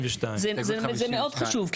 הסתייגות 52. זה מאוד חשוב.